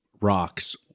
rocks